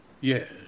Yes